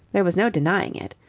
there was no denying it.